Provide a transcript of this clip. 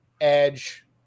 edge